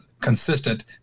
consistent